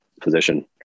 position